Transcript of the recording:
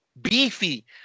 beefy